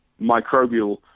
microbial